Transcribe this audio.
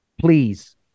please